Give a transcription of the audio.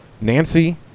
Nancy